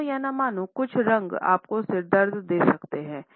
मानो या न मानो कुछ रंग आपको सिरदर्द दे सकते हैं